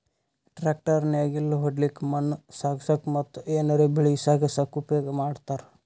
tractor ನೇಗಿಲ್ ಹೊಡ್ಲಿಕ್ಕ್ ಮಣ್ಣ್ ಸಾಗಸಕ್ಕ ಮತ್ತ್ ಏನರೆ ಬೆಳಿ ಸಾಗಸಕ್ಕ್ ಉಪಯೋಗ್ ಮಾಡ್ತಾರ್